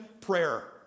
Prayer